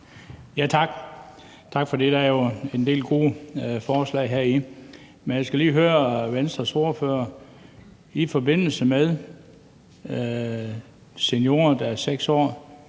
Tak for det. Der er jo en del gode forslag heri, men jeg skal lige høre Venstres ordfører om noget i forbindelse med seniorer, der har 6 år